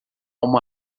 uma